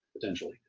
Potentially